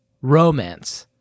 romance